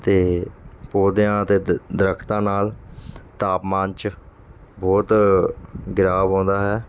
ਅਤੇ ਪੌਦਿਆਂ ਅਤੇ ਦ ਦਰਖਤਾਂ ਨਾਲ ਤਾਪਮਾਨ 'ਚ ਬਹੁਤ ਗਿਰਾਵ ਆਉਂਦਾ ਹੈ